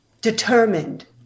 determined